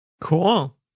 Cool